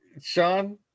Sean